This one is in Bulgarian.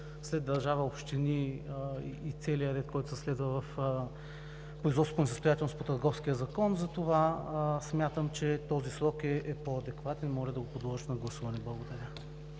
след държава, общини и целия ред, който следва в производството на несъстоятелност по Търговския закон. Затова смятам, че този срок е по-адекватен и моля да го подложите на гласуване. Благодаря.